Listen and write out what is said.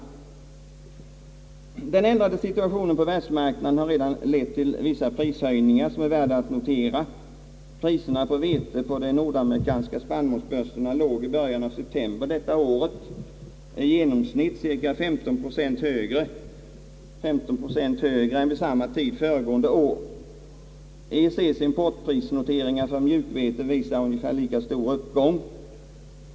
Den ändrade situationen på världsmarknaden har redan lett till vissa prishöjningar, som är värda att notera. Priserna på vete på de nordamerikanska spannmålsbörserna låg i början av september i år i genomsnitt cirka 15 procent högre än vid samma tid föregående år. EEC:s importprisnoteringar för mjukvete visar ungefär lika stor uppgång.